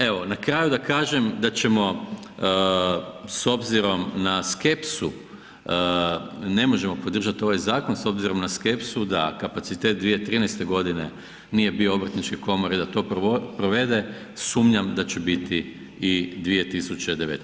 Evo, na kraju da kažem da ćemo s obzirom na skepsu, ne možemo podržati ovaj zakon s obzirom na skepsu da kapacitet 2013. godine nije bio Obrtničke komore da to provede sumnjam da će biti i 2019.